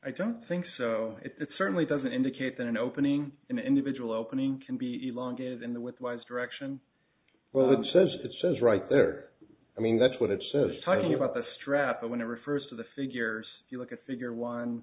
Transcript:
i don't think so it certainly doesn't indicate that an opening individual opening can be long given the with wise direction well it says it says right there i mean that's what it says talking about the strap whenever first of the figures you look at figure one